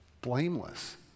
Blameless